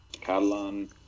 Catalan